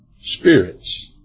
spirits